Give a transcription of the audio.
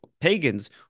pagans